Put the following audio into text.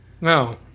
No